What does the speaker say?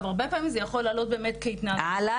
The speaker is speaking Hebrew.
הרבה פעמים זה יכול לעלות באמת כ- -- עלה